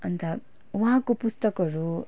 अन्त उहाँको पुस्तकहरू